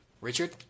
Richard